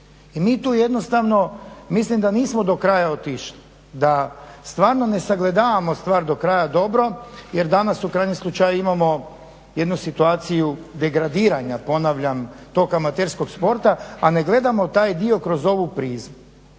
I mi tu jednostavno mislim da nismo do kraja otišli, da stvarno ne sagledavamo stvar do kraja dobro jer danas u krajnjem slučaju imamo jednu situaciju degradiranja, ponavljam, tog amaterskog sporta a ne gledamo taj dio kroz ovu prizmu.